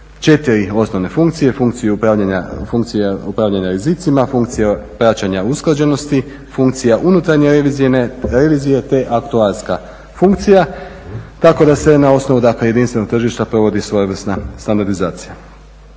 4 osnovne funkcije, funkcija upravljanja rizicima, funkcija praćenja usklađenosti, funkcija unutarnje revizije te aktuarska funkcija. Tako da se na osnovu dakle jedinstvenog tržišta provodi svojevrsna standardizacija.